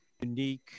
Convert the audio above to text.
unique